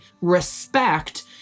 respect